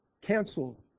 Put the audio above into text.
cancel